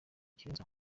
kirenze